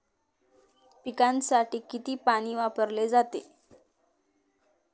पिकांसाठी किती पाणी वापरले जाते?